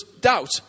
doubt